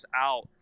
out